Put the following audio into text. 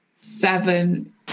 seven